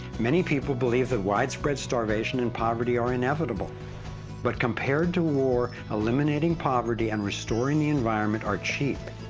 many people believe that widespread starvation and poverty are inevitable but compared to war, eliminating poverty and restoring the environment are cheap.